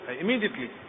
Immediately